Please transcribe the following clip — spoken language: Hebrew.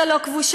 עזה לא כבושה,